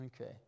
Okay